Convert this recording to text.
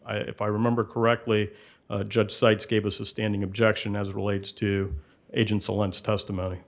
n if i remember correctly judge sites gave us a standing objection as it relates to agents allowance testimony